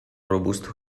robusto